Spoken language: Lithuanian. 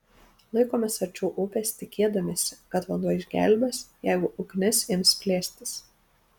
laikomės arčiau upės tikėdamiesi kad vanduo išgelbės jeigu ugnis ims plėstis